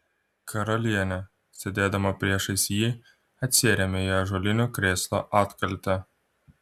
karalienė sėdėdama priešais jį atsirėmė į ąžuolinio krėslo atkaltę